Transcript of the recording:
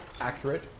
accurate